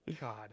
God